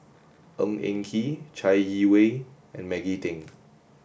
Ng Eng Kee Chai Yee Wei and Maggie Teng